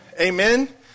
Amen